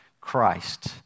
Christ